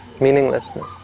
meaninglessness